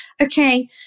okay